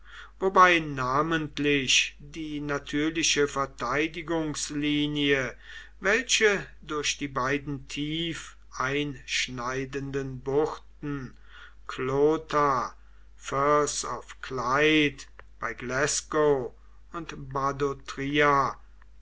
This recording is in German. wobei namentlich die natürliche verteidigungslinie welche durch die beiden tief einschneidenden buchten clota firth of clyde bei glasgow und